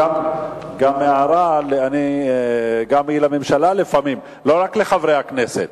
הערה גם לממשלה לפעמים, לא רק לחברי הכנסת.